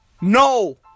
No